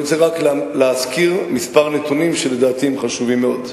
זה בסדר גמור,